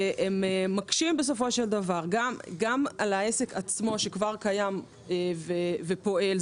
כל זה מקשה על העסק שקיים ופועל,